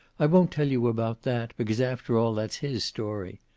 i won't tell you about that, because after all that's his story.